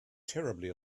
terribly